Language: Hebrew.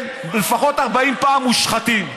לפחות 40 פעם "מושחתים".